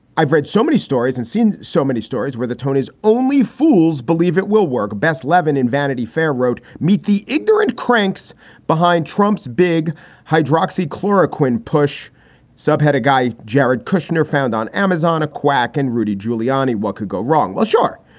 i've read so many stories and seen so many stories where the tonys only fools believe it will work best. leaven in vanity fair wrote meet the ignorant cranks behind trump's big hydroxy clara quinn. push subhead a guy jared kushner found on amazon a quack and rudy giuliani. what could go wrong? well, sure,